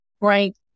right